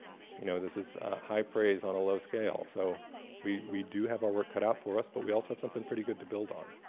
know this is high praise on a low scale so we we do have our work cut out for us but we also have something pretty good to build on.